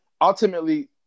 ultimately